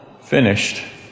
finished